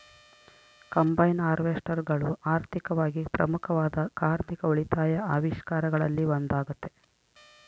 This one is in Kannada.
ಕಂಬೈನ್ ಹಾರ್ವೆಸ್ಟರ್ಗಳು ಆರ್ಥಿಕವಾಗಿ ಪ್ರಮುಖವಾದ ಕಾರ್ಮಿಕ ಉಳಿತಾಯ ಆವಿಷ್ಕಾರಗಳಲ್ಲಿ ಒಂದಾಗತೆ